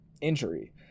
injury